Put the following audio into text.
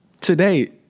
today